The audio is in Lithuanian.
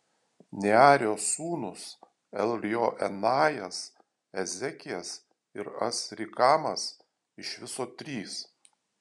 nearijos sūnūs eljoenajas ezekijas ir azrikamas iš viso trys